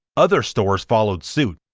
other stores followed suit,